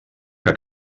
que